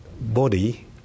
body